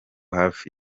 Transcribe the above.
hafi